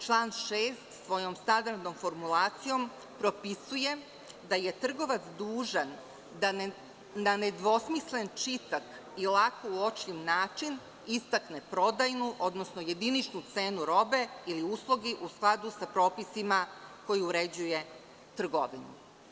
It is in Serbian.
Član 6. svojom standardnom formulacijom propisuje da je trgovac dužan da na nedvosmislen, čitak i lak i uočljiv način istakne prodajnu, odnosno jediničnu cenu robe ili usluge u skladu sa propisima koje uređuje trgovinu.